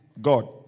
God